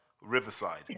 Riverside